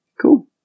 Cool